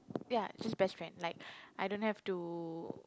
ya just best friend like I don't have to